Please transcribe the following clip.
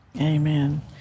Amen